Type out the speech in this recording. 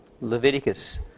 Leviticus